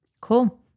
Cool